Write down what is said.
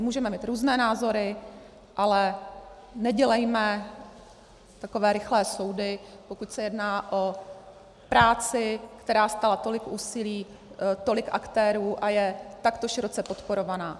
Můžeme mít různé názory, ale nedělejme takové rychlé soudy, pokud se jedná o práci, která stála tolik úsilí tolik aktérů a je takto široce podporovaná.